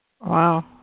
Wow